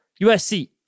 USC